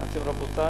אמרתי להם: רבותי,